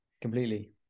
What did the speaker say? Completely